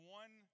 one